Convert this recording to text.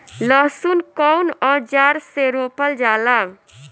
लहसुन कउन औजार से रोपल जाला?